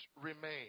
remain